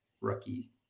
rookie